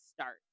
start